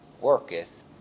worketh